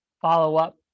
follow-up